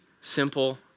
simple